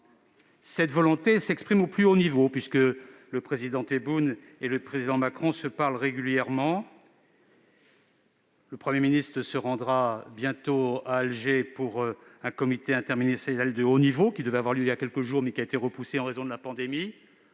et elle s'exprime au plus haut niveau, puisque le président Abdelmadjid Tebboune et le président Macron se parlent régulièrement. Le Premier ministre se rendra bientôt à Alger pour un comité interministériel de haut niveau, qui devait avoir lieu il y a quelques jours, mais qui a été repoussé en raison de la pandémie.